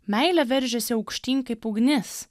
meilė veržiasi aukštyn kaip ugnis